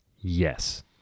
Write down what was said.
Yes